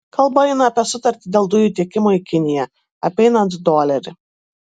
kalba eina apie sutartį dėl dujų tiekimo į kiniją apeinant dolerį